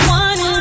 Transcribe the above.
one